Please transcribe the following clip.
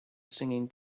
singing